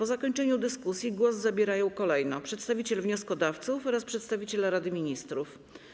Na zakończenie dyskusji głos zabierają kolejno przedstawiciel wnioskodawców oraz przedstawiciel Rady Ministrów.